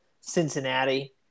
Cincinnati